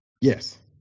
Yes